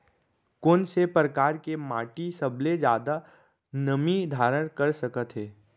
कोन से परकार के माटी सबले जादा नमी धारण कर सकत हे?